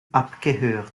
abgehört